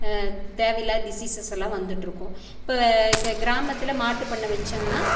தேவை இல்லாத டிசீசஸ் எல்லாம் வந்துகிட்டுருக்கும் இப்போ கிராமத்தில் மாட்டு பண்ணை வைச்சாங்கன்னா